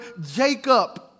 Jacob